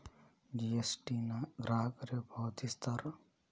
GST ನ ಗ್ರಾಹಕರೇ ಪಾವತಿಸ್ತಾರಾ